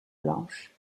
blanches